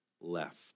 left